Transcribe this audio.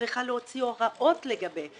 צריכה להוציא הוראות לגבי זה,